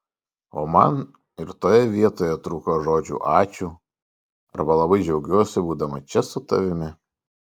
o man ir toje vietoje trūko žodžių ačiū arba labai džiaugiuosi būdama čia su tavimi